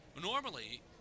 Normally